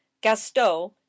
Gaston